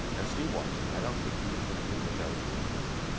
and steve walks in. i don't think we even knew that that was going to happen.